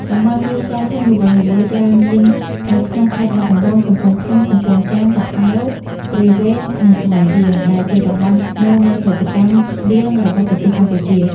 តំបន់វាលស្រែធំល្វឹងល្វើយច្រើនមាននៅក្នុងខេត្តបាត់ដំបង កំពង់ធំ កំពង់ចាម តាកែវ ព្រៃវែង និងស្វាយរៀង ដែលជាតំបន់ស្នូលនៃផលិតកម្មស្បៀងរបស់ប្រទេសកម្ពុជា។